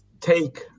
take